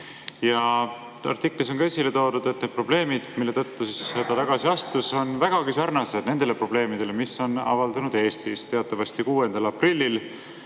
Artiklis on esile toodud, et need probleemid, mille tõttu ta tagasi astus, on vägagi sarnased nende probleemidega, mis on avaldunud Eestis. Teatavasti 6. aprillil